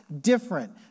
different